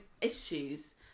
issues